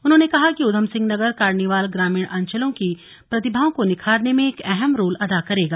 उन्होंने कहा कि उधम सिंह नगर कार्निवाल ग्रामीण अंचलों की प्रतिभाओं को निखारने में एक अहम रोल अदा करेगा